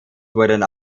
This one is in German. wurden